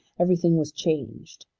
everything was changed.